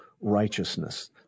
righteousness